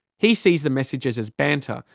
he sees the messages as banter,